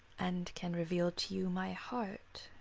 and can reveal to you my heart,